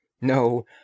No